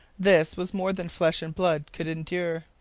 this was more than flesh and blood could endure.